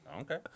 okay